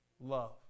Love